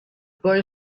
boy